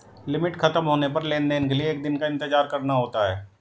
limit खत्म होने पर लेन देन के लिए एक दिन का इंतजार करना होता है